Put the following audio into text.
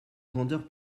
grandeur